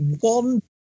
one